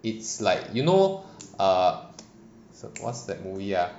it's like you know err what's that movie ah